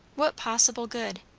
what possible good?